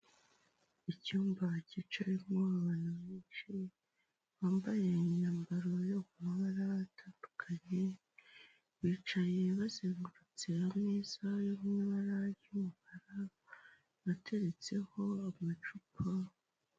Icyumba cyicayemo abantu benshi bambaye imyambaro yo mu mabara atandukanye, bicaye bazengurutse ameza yo mu ibara ry'umukara ateretseho amacupa.